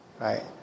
Right